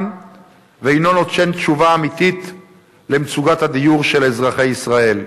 ואינו נותן תשובה אמיתית למצוקת הדיור של אזרחי ישראל.